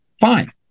Fine